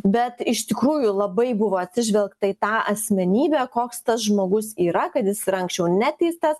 bet iš tikrųjų labai buvo atsižvelgta į tą asmenybę koks tas žmogus yra kad jis yra anksčiau neteistas